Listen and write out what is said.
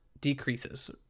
decreases